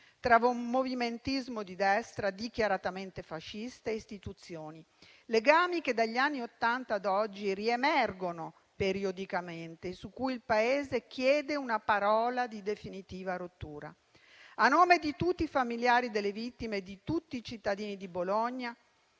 tra un movimentismo di destra dichiaratamente fascista e istituzioni; legami che dagli anni Ottanta ad oggi riemergono periodicamente e su cui il Paese chiede una parola di definitiva rottura. A nome di tutti i familiari delle vittime e di tutti i cittadini di Bologna,